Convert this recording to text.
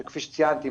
שכפי שציינתי,